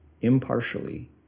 impartially